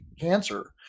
cancer